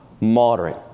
moderate